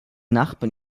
nachbarn